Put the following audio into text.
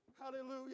Hallelujah